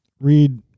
read